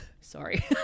Sorry